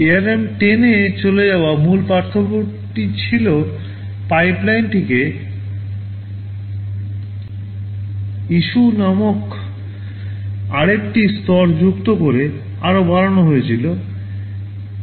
ARM 10 এ চলে যাওয়া মূল পার্থক্যটি ছিল পাইপলাইনটিকে ইস্যু নামক আরেকটি স্তর যুক্ত করে আরও বাড়ানো হয়েছিল